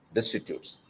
Destitutes